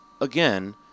again